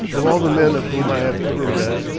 of all the men of whom i have ever read,